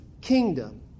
kingdom